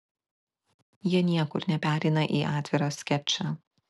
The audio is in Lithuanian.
jie niekur nepereina į atvirą skečą